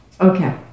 Okay